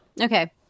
Okay